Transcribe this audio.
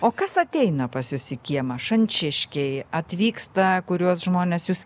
o kas ateina pas jus į kiemą šančiškiai atvyksta kuriuos žmonės jūs